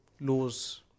laws